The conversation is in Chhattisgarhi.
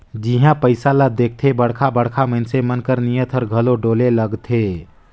जिहां पइसा ल देखथे बड़खा बड़खा मइनसे मन कर नीयत हर घलो डोले लगथे